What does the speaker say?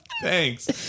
Thanks